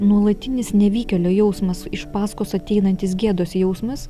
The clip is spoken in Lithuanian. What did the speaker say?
nuolatinis nevykėlio jausmas iš paskos ateinantis gėdos jausmas